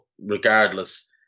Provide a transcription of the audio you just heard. regardless